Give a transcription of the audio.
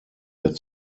der